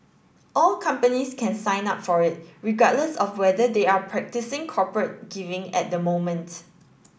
all companies can sign up for it regardless of whether they are practising corporate giving at the moment